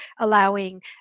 allowing